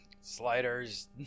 Sliders